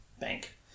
bank